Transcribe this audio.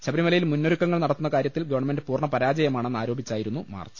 ശബരിമലയിൽ മുന്നൊരു ക്കങ്ങൾ നടത്തുന്ന കാര്യത്തിൽ ഗവൺമെന്റ് പൂർണ്ണ പരാജയമാണെന്ന് ആരോപിച്ചായിരുന്നു മാർച്ച്